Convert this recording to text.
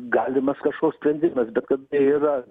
galimas kažkoks sprendimas kad tai yra